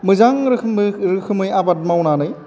मोजां रोखोमै रोखोमै आबाद मावनानै